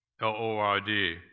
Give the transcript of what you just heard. L-O-R-D